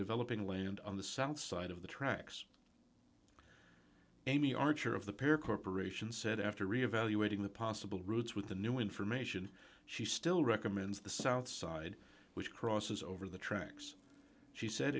developing land on the south side of the tracks amy archer of the pair corp said after reevaluating the possible routes with the new information she still recommends the south side which crosses over the tracks she said